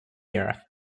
earth